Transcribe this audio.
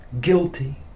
guilty